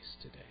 today